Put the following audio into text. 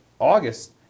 August